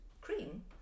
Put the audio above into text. cream